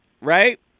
right